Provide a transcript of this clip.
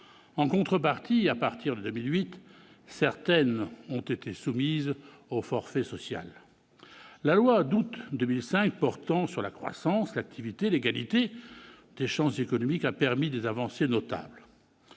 En contrepartie, à partir de 2008, certaines ont été soumises au forfait social. La loi d'août 2005 pour la croissance, l'activité et l'égalité des chances économiques a permis des avancées notables